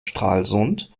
stralsund